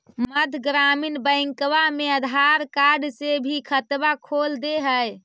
मध्य ग्रामीण बैंकवा मे आधार कार्ड से भी खतवा खोल दे है?